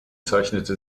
zeichnete